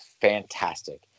fantastic